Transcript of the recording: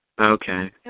Okay